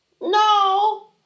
no